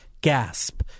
GASP